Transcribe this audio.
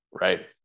right